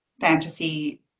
fantasy